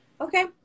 okay